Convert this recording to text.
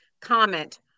comment